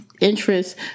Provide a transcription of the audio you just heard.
interest